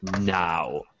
Now